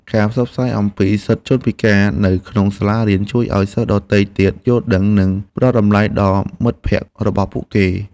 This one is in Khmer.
ការផ្សព្វផ្សាយអំពីសិទ្ធិជនពិការនៅក្នុងសាលារៀនជួយឱ្យសិស្សដទៃទៀតយល់ដឹង និងផ្តល់តម្លៃដល់មិត្តភក្តិរបស់ពួកគេ។